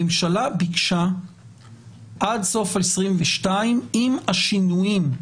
הממשלה ביקשה עד סוף 2022 עם השינויים.